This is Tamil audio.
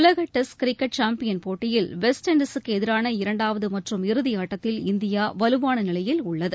உலக டெஸ்ட் கிரிக்கெட் சாம்பியன் போட்டியில் வெஸ்ட் இண்டஸூக்கு எதிரான இரண்டாவது மற்றும் இறுதி ஆட்டத்தில் இந்தியா வலுவான நிலையில் உள்ளது